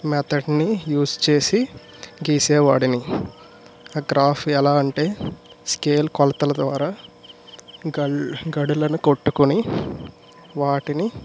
మెథడ్ని use చేసి గీసే వాడిని ఆ గ్రాఫ్ ఎలా అంటే స్కేల్ కొలతల ద్వారా గళ్ళు గళ్ళను కొట్టుకొని వాటిని